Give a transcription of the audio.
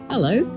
Hello